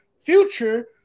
future